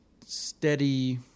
steady